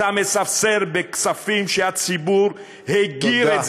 אתה מספסר בכספים שהציבור הגיר, תודה, תודה.